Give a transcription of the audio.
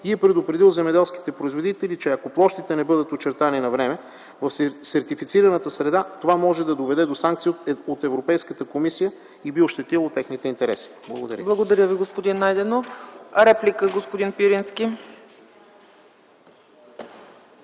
и е предупредил земеделските производители, че ако площите не бъдат очертани навреме в сертифицираната среда, това може да доведе до санкция от Европейската комисия и би ощетило техните интереси. Благодаря. ПРЕДСЕДАТЕЛ ЦЕЦКА ЦАЧЕВА: Благодаря Ви, господин Найденов. Реплика - господин Пирински.